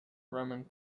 roman